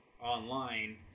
online